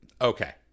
Okay